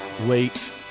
late